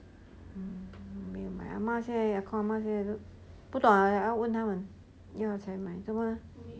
没有买 ah ma 都现在不懂 ah 要问他们要才买不然